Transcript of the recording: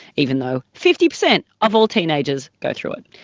even though fifty percent of all teenagers go through it.